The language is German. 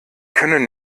können